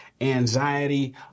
anxiety